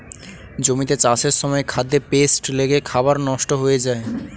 জমিতে চাষের সময় খাদ্যে পেস্ট লেগে খাবার নষ্ট হয়ে যায়